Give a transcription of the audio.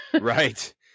Right